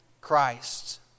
Christ